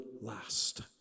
last